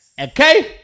Okay